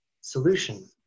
solution